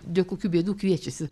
dėl kokių bėdų kviečiasi